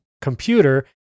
computer